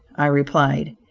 i replied,